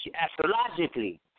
Astrologically